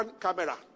camera